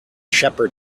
shepherd